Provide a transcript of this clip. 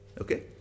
Okay